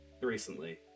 recently